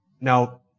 Now